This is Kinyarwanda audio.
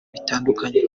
bitandukanye